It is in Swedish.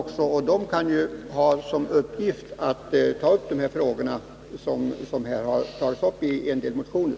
Dessa skulle kunna få i uppgift att undersöka de frågor som har tagits upp i en del motioner.